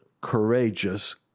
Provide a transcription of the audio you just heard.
courageous